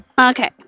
Okay